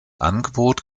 angebot